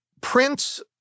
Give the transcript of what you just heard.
Prince